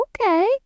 Okay